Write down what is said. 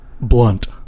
blunt